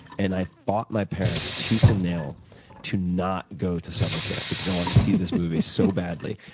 and i fought my parents tooth and nail to not go to summer camp because i wanted to see this movie so badly.